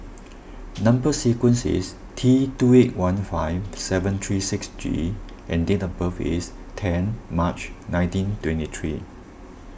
Number Sequence is T two eight one five seven three six G and date of birth is ten March nineteen twenty three